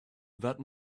that